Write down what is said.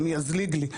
ומי יזליג לי.